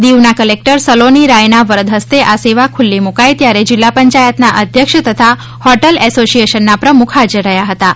દિવના collector Saloni રાયના વરદ હસ્તે આ સેવા ખુલ્લી મુકાઇ ત્યારે જિલ્લાપંચાયતના અધ્યક્ષ તથા હોટલ એસોશિયેશનના પ્રમુખ હાજર રહ્યા હતાં